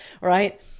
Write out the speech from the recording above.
right